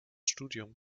studium